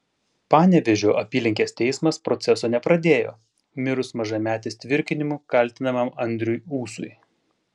panevėžio apylinkės teismas proceso nepradėjo mirus mažametės tvirkinimu kaltinamam andriui ūsui